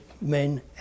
men